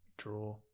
draw